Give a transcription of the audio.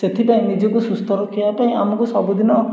ସେଥିପାଇଁ ନିଜକୁ ସୁସ୍ଥ ରଖିବା ପାଇଁ ଆମକୁ ସବୁଦିନ